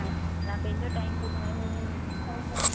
time तव्हां पंहिंजो time ॿुधायो